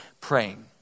praying